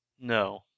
No